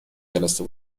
جلسه